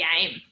game